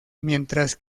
mientras